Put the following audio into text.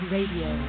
Radio